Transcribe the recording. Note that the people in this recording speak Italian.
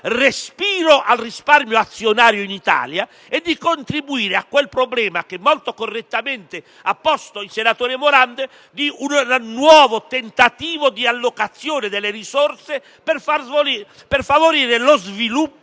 respiro al risparmio azionario in Italia e di contribuire alla soluzione di quel problema che molto correttamente ha posto il senatore Morando, cioè il nuovo tentativo di allocazione delle risorse per favorire lo sviluppo,